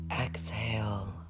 Exhale